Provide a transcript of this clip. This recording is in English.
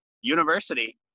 University